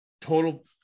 total